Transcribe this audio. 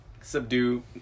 subdue